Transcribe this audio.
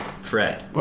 Fred